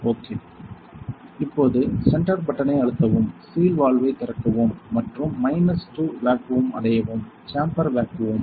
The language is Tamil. ஓகே இப்போது சென்டர் பட்டனை அழுத்தவும் சீல் வால்வை திறக்கவும் மற்றும் மைனஸ் 2 வேக்குவம் அடையவும் சேம்பர் வேக்குவம்